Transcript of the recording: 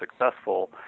successful